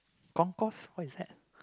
concourse what's that